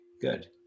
good